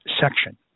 section